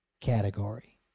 category